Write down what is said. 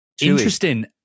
Interesting